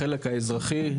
החלק האזרחי,